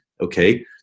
okay